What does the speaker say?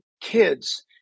kids